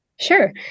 Sure